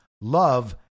love